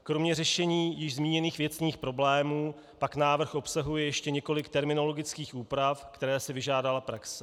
Kromě řešení již zmíněných věcných problémů pak návrh obsahuje ještě několik terminologických úprav, které si vyžádala praxe.